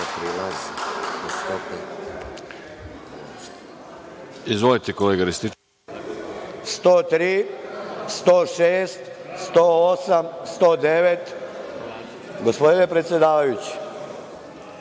103, 106, 108. i 109. Gospodine predsedavajući